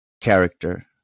character